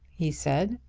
he said.